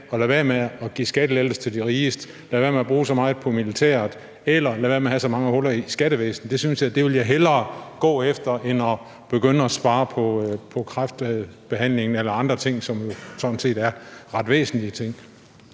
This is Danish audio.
og lade være med at give skattelettelser til de rigeste, lade være med at bruge så meget på militæret eller lade være med at have så mange huller i skattevæsenet? Det vil jeg hellere gå efter end at begynde at spare på kræftbehandlingen eller andre ting, som jo sådan set er ret væsentlige ting.